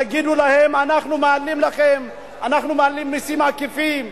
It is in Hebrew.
תגידו להם: אנחנו מעלים מסים עקיפים?